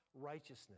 righteousness